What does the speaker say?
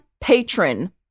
patron